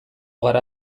gara